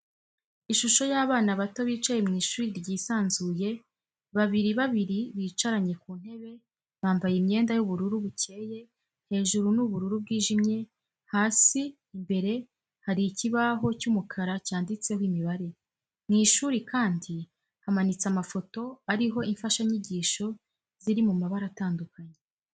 Ishusho y'abana bato bicaye mu ishuri ryisanzuye, babiri babiri bicaranye ku ntebe bambaye imyenda y'ubururu bukeye hejuru n'ubururu bwijimye hasi, imbere hari ikibaho cy'umukara cyanditseho imibare, mu ishuri kandi hamanitse amafoto ariho imfashanyigisho ziri mu mabara atandukanye.